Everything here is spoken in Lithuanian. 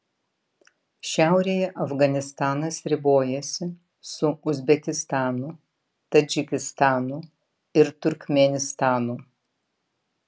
šiaurėje afganistanas ribojasi su uzbekistanu tadžikistanu ir turkmėnistanu